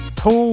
two